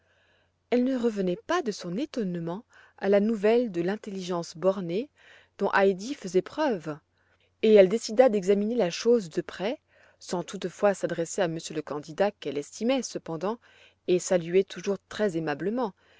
elle ne revenait pas de son étonnement à la nouvelle de l'intelligence bornée dont heidi faisait preuve et elle décida d'examiner la chose de près sans toutefois s'adresser à monsieur le candidat qu'elle estimait cependant et saluait toujours très aimablement